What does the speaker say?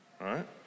Right